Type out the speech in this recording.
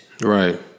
Right